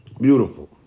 Beautiful